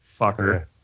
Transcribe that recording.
Fucker